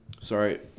Sorry